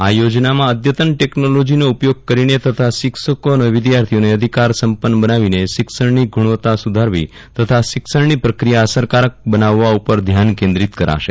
આ યોજનામાં અઘતન ટેકનોલોજીનો ઉપયોગ કરીને તથા શિક્ષકો અને વિદ્યાર્થીઓને અધિકાર સંપન્ન બનાવીને શિક્ષણની ગુણવત્તા સુધારવી તથા શિક્ષણની પ્રક્રિયા અસરકારક બનાવવા ઉપર ધ્યાન કેન્દ્રિત કરાશે